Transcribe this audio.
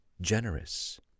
generous